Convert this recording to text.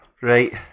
Right